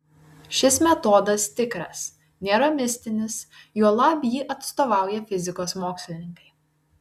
šis metodas tikras nėra mistinis juolab jį atstovauja fizikos mokslininkai